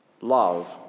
love